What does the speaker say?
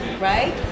right